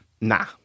nah